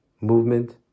movement